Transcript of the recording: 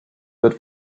wird